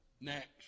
Next